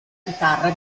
chitarra